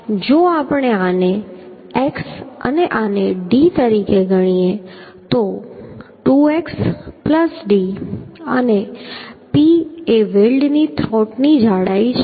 જો આપણે આને x અને આને d તરીકે ગણીએ તો 2x d અને P એ વેલ્ડની થ્રોટની જાડાઈ છે